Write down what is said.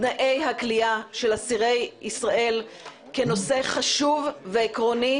תנאי הכליאה של אסירי ישראל כנושא חשוב ועקרוני,